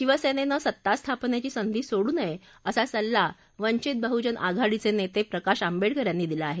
शिवसेनेनं सत्ता स्थापनेची संधी सोडू नये असा सल्ला वंचित बहुजन आघाडीचे नेते प्रकाश आंबेडकर यांनी दिला आहे